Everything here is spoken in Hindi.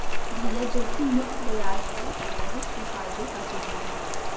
भैया जोखिम मुक्त बयाज दर तो बहुत ही फायदे का सौदा है